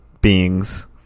beings